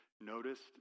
noticed